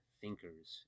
thinkers